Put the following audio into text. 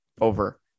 over